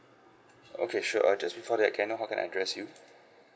okay sure err just before that can I know how can I address you